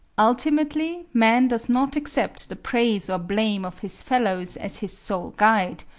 ultimately man does not accept the praise or blame of his fellows as his sole guide,